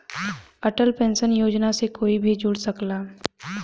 Atal pension Yojana से कोई भी जुड़ सकला